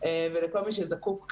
ולכל מי שזקוק לליווי,